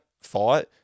fought